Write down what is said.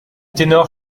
ténor